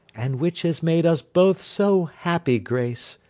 and which has made us both so happy, grace!